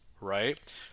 right